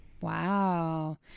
Wow